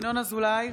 ינון אזולאי,